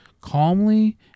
calmly